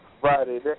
Friday